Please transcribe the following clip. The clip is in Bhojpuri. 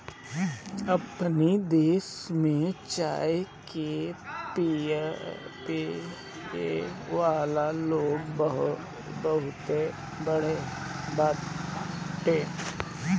अपनी देश में चाय के पियेवाला लोग बहुते बाटे